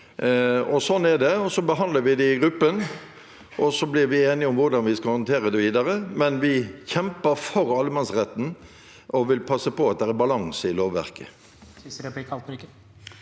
Sånn er det. Så behandler vi det i gruppen og blir enige om hvordan vi skal håndtere det videre, men vi kjemper for allemannsretten og vil passe på at det er balanse i lovverket.